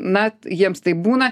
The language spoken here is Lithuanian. na jiems taip būna